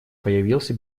появился